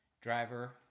driver